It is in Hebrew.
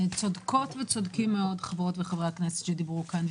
צודקות וצודקים חברות וחברי הכנסת שדיברו כאן.